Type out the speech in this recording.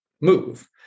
move